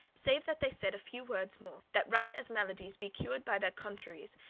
save that they said a few words more that right as maladies be cured by their contraries,